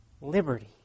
liberty